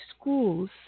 schools